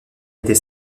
était